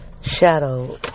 shadow